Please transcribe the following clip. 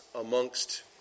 amongst